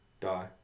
die